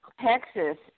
texas